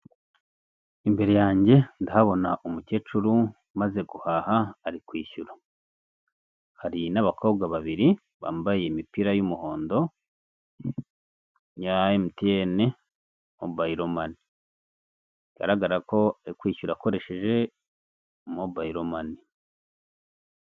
Imbere yanjye ndahabona umukecuru umaze guhaha ari kwishyura. Hari n'abakobwa babiri bambaye imipira y'umuhondo, ya emutiyene mobayilo mani. Bigaragara ko ari kwishyura akoresheje mobayilo mani.